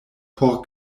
por